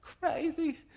crazy